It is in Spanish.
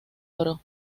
oro